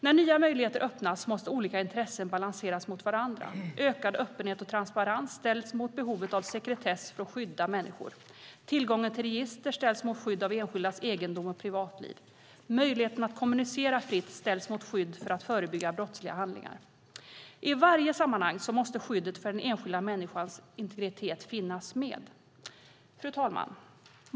När nya möjligheter öppnas måste olika intressen balanseras mot varandra. Ökad öppenhet och transparens ställs mot behovet av sekretess för att skydda människor. Tillgången till register ställs mot skydd av enskilds egendom och privatliv. Möjligheten att kommunicera fritt ställs mot möjligheten att förebygga brottsliga handlingar. I varje sammanhang måste skyddet för den enskilda människans integritet finnas med. Fru talman!